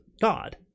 God